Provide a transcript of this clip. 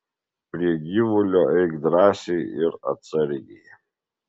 prie gyvulio eik drąsiai ir atsargiai